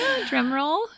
drumroll